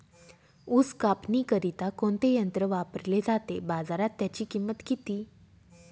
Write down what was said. ऊस कापणीकरिता कोणते यंत्र वापरले जाते? बाजारात त्याची किंमत किती?